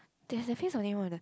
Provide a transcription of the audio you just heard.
there's definitely only one the